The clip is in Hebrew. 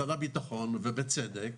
ובצדק,